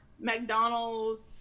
mcdonald's